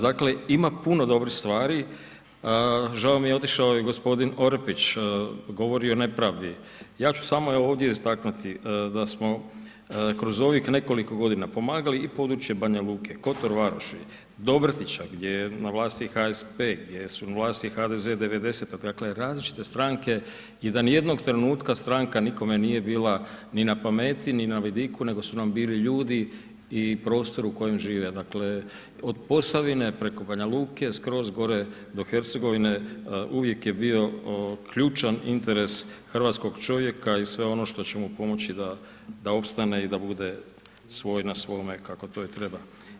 Dakle, ima puno dobrih stvari, žao mi je otišao je i g. Orepić, govorio je o nepravdi, ja ću samo evo ovdje istaknuti da smo kroz ovih nekoliko godina pomagali i područje Banja Luke, Kotor Varoši, Dobrotića gdje je na vlasti HSP, gdje su na vlasti HDZ '90.-tog, dakle različite stranke i da nijednog trenutka stranka nikome nije bila ni na pameti, ni na vidiku, nego su nam bili ljudi i prostor u kojem žive, dakle od Posavine preko Banja Luke skroz gore do Hercegovine uvijek je bio ključan interes hrvatskog čovjeka i sve ono što će mu pomoći da, da opstane i da bude svoj na svome kako to i treba.